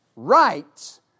Rights